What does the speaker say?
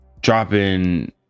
dropping